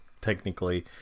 technically